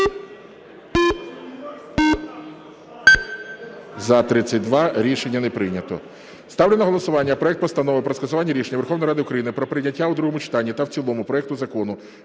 За-31 Рішення не прийнято.